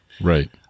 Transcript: Right